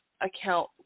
account